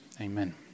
Amen